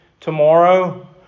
tomorrow